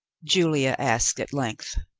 julia asked at length,